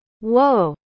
Whoa